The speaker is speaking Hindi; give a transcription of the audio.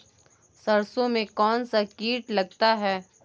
सरसों में कौनसा कीट लगता है?